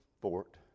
fort